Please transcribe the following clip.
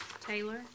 Taylor